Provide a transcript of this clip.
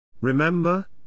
Remember